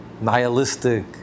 nihilistic